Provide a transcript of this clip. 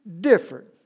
different